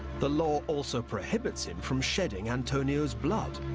the law also prohibits him from shedding antonio's blood.